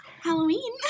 Halloween